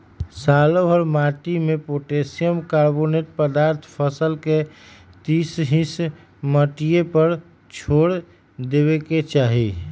सालोभर माटिमें potassium, carbonic पदार्थ फसल के तीस हिस माटिए पर छोर देबेके चाही